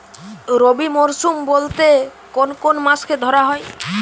রবি মরশুম বলতে কোন কোন মাসকে ধরা হয়?